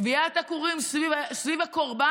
טוויית הקורים סביב הקורבן,